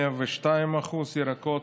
102%, ירקות,